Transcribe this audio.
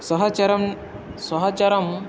सहचरं सहचरम्